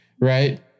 right